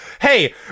hey